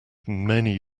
many